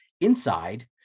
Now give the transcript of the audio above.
inside